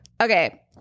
Okay